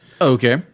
Okay